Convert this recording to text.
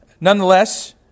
nonetheless